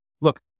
Look